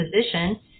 position